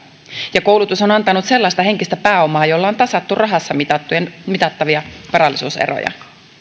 ja koulutus on antanut sellaista henkistä pääomaa jolla on tasattu rahassa mitattavia mitattavia varallisuuseroja